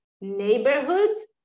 neighborhoods